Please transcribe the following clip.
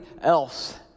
else